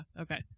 Okay